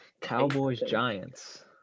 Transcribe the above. Cowboys-Giants